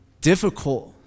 difficult